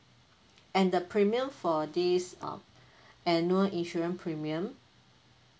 and the premium for this uh annual insurance premium